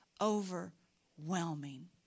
overwhelming